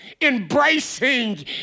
embracing